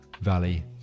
Valley